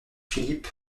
philip